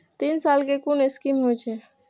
तीन साल कै कुन स्कीम होय छै?